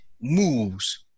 moves